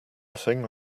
thing